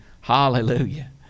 hallelujah